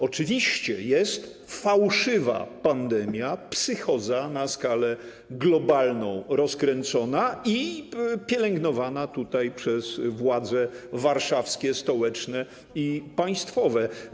Oczywiście jest fałszywa pandemia, psychoza na skalę globalną rozkręcona i pielęgnowana tutaj przez władze warszawskie, stołeczne i państwowe.